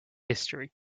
history